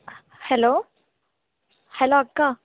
hello hello అక్క